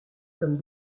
comme